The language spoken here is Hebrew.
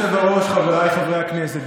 חבריי חברי הכנסת,